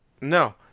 No